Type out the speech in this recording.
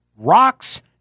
rocks